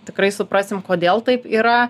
tikrai suprasim kodėl taip yra